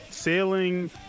Sailing